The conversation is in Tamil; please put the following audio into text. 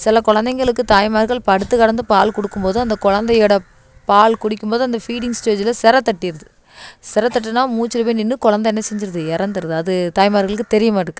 சில குழந்தைங்களுக்கு தாய்மார்கள் படுத்துக்கிடந்து பால் கொடுக்கும் போது அந்த குழந்தையோட பால் குடிக்கும் போது அந்த ஃபீடிங் ஸ்டேஜ்ஜில் செர தட்டிருது செர தட்டினா மூச்சுயில் போய் நின்று குழந்த என்ன செஞ்சிருது இறந்துருது அது தாய்மார்களுக்கு தெரியமாட்டுக்குது